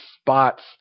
spots